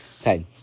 Okay